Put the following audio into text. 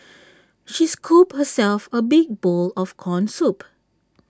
she scooped herself A big bowl of Corn Soup